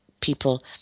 people